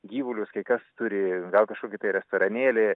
gyvulius kai kas turi gal kažkokį restoranėlį